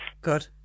Good